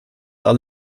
are